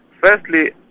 Firstly